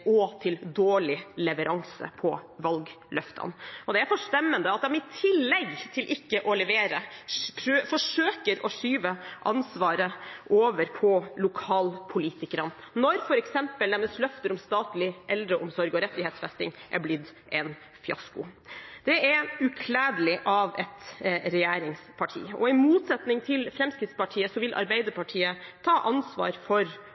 og dårlig leveranse når det gjelder valgløftene. Og det er forstemmende at de i tillegg til ikke å levere forsøker å skyve ansvaret over på lokalpolitikerne, når f.eks. deres løfter om statlig eldreomsorg og rettighetsfesting er blitt en fiasko. Det er ukledelig av et regjeringsparti. I motsetning til Fremskrittspartiet vil Arbeiderpartiet ta ansvar for